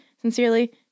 Sincerely